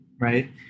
Right